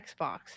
Xbox